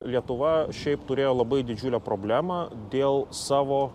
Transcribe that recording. lietuva šiaip turėjo labai didžiulę problemą dėl savo